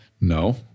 no